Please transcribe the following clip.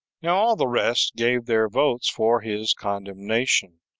now all the rest gave their votes for his condemnation,